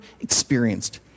experienced